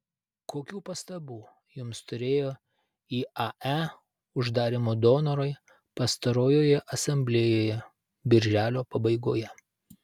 kokių pastabų jums turėjo iae uždarymo donorai pastarojoje asamblėjoje birželio pabaigoje